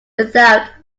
without